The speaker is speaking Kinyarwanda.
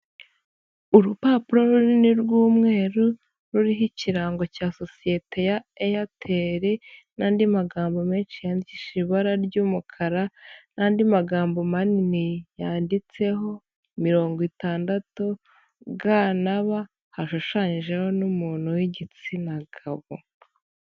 Urupapuro runini rw'umweru, ruriho ikirango cya sosiyete ya Airtel, n'andi magambo menshi yandishije ibara ry'umukara, n'andi magambo manini yanditseho, mirongo itandatu G na B, hashushanyijeho n'umuntu w'igitsina gabo.